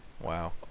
wow